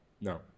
No